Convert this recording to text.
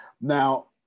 Now